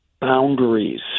boundaries